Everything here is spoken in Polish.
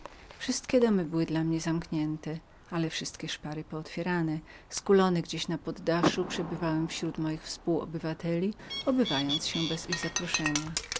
wszystkie domy były dla mnie zamknięte ale wszystkie szpary pootwierane wtedy skulony gdzieś na poddaczupoddaszu przebywałem śród moich współobywateli obywając się bez ich zaproszenia